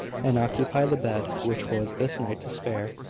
and occupy the bed which was this night to spare.